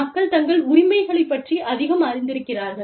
மக்கள் தங்கள் உரிமைகளைப் பற்றி அதிகம் அறிந்திருக்கிறார்கள்